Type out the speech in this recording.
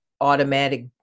automatic